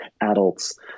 adults